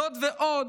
זאת ועוד,